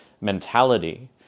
mentality